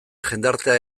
jendartea